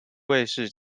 卫视